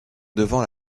devant